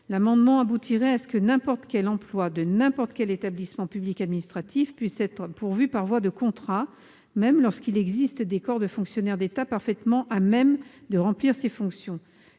l'amendement est adopté, n'importe quel emploi de n'importe quel établissement public administratif pourra être pourvu par voie de contrat, même lorsqu'il existe des corps de fonctionnaires d'État parfaitement à même de remplir ces fonctions.